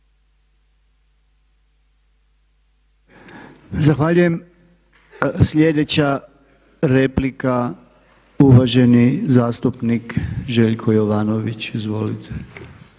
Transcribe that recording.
Zahvaljujem. Sljedeća replika uvaženi zastupnik Željko Jovanović. Izvolite.